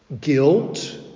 guilt